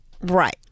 Right